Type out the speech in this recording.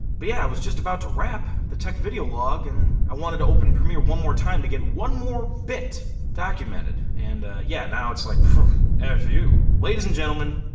but yeah i was just about to wrap the tech video log and i wanted to open premiere one more time to get one more bit documented and yeah, now it's like f you. ladies and gentlemen,